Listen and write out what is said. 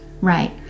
right